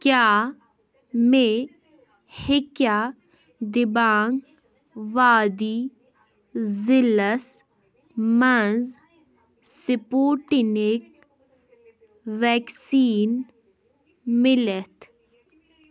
کیٛاہ مےٚ ہیٚکیٛاہ دِبانٛگ وادی ضِلعس منٛز سِپوٗٹِنِک وٮ۪کسیٖن مِلِتھ